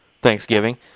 Thanksgiving